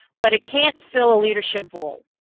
but it can't fill a leadership void.